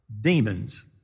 demons